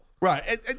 Right